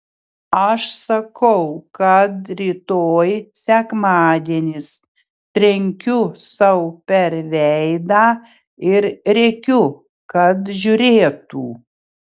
aš sakau kad rytoj sekmadienis trenkiu sau per veidą ir rėkiu kad žiūrėtų